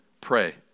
pray